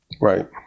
Right